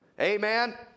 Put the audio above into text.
Amen